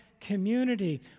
community